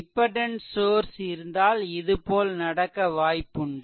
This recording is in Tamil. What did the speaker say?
டிபெண்டென்ட் சோர்ஸ் இருந்தால் இதுபோல் நடக்க வாய்ப்புண்டு